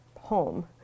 home